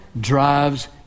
drives